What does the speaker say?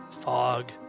fog